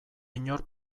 inor